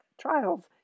trials